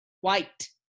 white